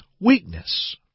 weakness